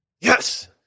Yes